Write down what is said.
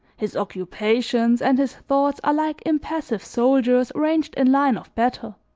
his occupations and his thoughts are like impassive soldiers ranged in line of battle